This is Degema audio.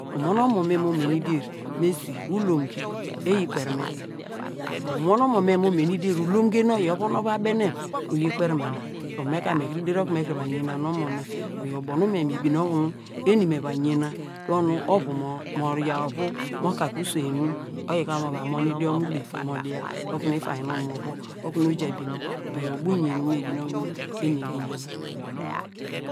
Umon omo me nu mo mene idur mu esi ulom ke eyi kperi me ta, dor umon omo me nu mo mene idur ulom ke nu oyi ovun wor va benen uyi kperi mena dor me ka mi kuru deri ubo nu mi kuru va yena nu omo me, oyo ubo nu me mi bene okunu eni meva yena tonu ovu yaw ovu, mo ka ke uswein nu oyi ka mo va mon idioni use mo dia okunu ifainy nonw mo vuo okunu oja bine, oyor ubo uyen nu mi binen okunu eni me yena.